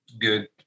good